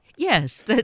Yes